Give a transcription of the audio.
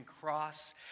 cross